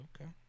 Okay